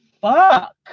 fuck